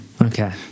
Okay